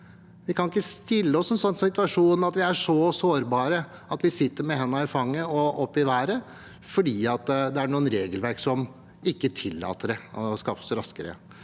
Vi kan ikke stille oss i en sånn situasjon at vi er så sårbare at vi sitter med hendene i fanget og opp i været fordi det er noen regelverk som ikke tillater at dette kan skaffes raskere.